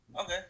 Okay